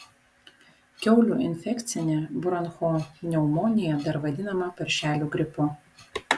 kiaulių infekcinė bronchopneumonija dar vadinama paršelių gripu